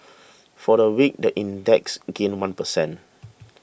for the week the index gained one per cent